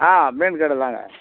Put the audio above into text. ஆ மீன் கடை தாங்க